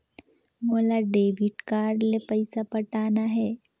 मोला debit card ले पइसा पटाना हे?